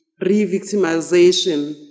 re-victimization